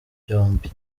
byombi